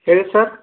ಹೇಳಿ ಸರ್